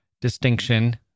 distinction